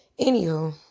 Anywho